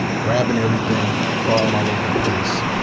grabbing everything, crawling all over the place,